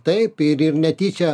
taip ir ir netyčia